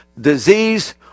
disease